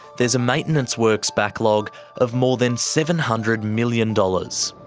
there's a maintenance works backlog of more than seven hundred million dollars.